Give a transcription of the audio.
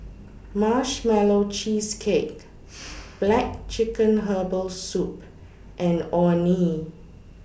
Marshmallow Cheesecake Black Chicken Herbal Soup and Orh Nee